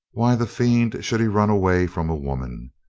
why the fiend should he run away from a woman?